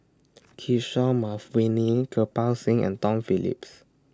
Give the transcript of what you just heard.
Kishore Mahbubani Kirpal Singh and Tom Phillips